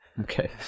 Okay